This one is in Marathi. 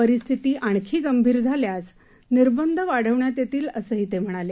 परिस्थिती आणखी गंभीर झाल्यास निर्बंध वाढवण्यात येतील असंही ते म्हणाले